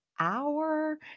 Hour